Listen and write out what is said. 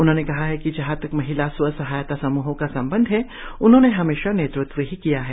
उन्होंने कहा जहां तक महिला स्व सहायता समूहों का संबंध है उन्होंने हमेशा नेतृत्व ही किया है